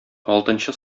алтынчы